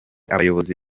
abayobozi